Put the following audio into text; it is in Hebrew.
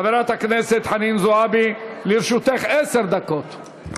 חברת הכנסת חנין זועבי, לרשותך עשר דקות.